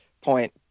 point